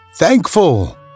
THANKFUL